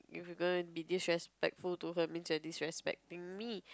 if you're going to be disrespectful to her means you're disrespecting me